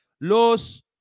Los